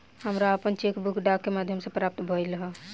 हमरा आपन cheque book डाक के माध्यम से प्राप्त भइल ह